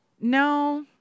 No